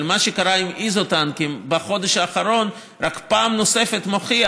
אבל מה שקרה עם איזוטנקים בחודש האחרון רק פעם נוספת מוכיח